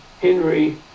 Henry